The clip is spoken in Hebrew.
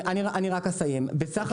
הייעוץ המשפטי סך